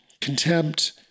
contempt